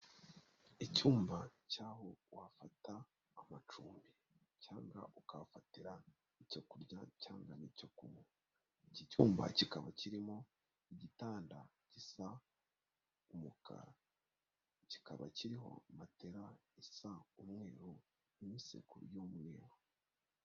Icyumba cy'aho wafata amacumbi cyangwa ukafatira icyo kurya cyangwa n'icyo kunywa, iki cyumba kikaba kirimo igitanda gisa umukara, kikaba kiriho matela isa umweru n'sekuru y'umweru.